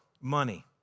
money